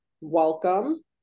welcome